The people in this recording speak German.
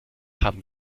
haben